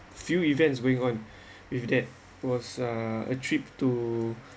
few events going on with that was uh a trip to